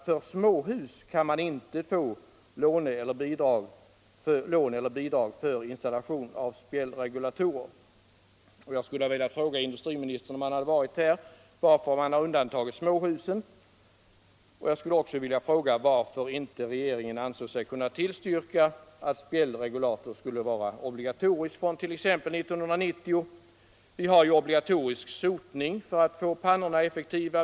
För småhus kan man nämligen inte få lån eller bidrag till installation av spjällregulator. Om industriministern var här skulle jag vilja fråga honom varför man har undantagit småhusen. Jag skulle också vilja fråga varför regeringen inte har ansett sig kunna tillstyrka att spjällregulator skall vara obligatorisk från t.ex. 1990. Vi har ju obligatorisk sotning för att få pannorna effektiva.